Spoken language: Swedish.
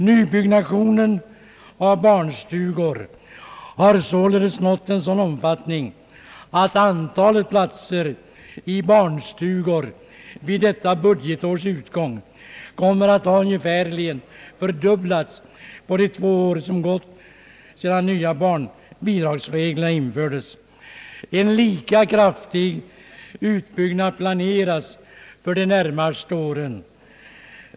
Nybyggnationen av barnstugor har således nått en sådan omfattning att antalet platser i barnstugor vid detta budgetårs utgång kommer att ha ungefärligen fördubblats på de två år som har gått sedan de nya bidragsreglerna infördes. En lika kraftig utbyggnad planeras för de närmaste åren.